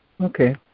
Okay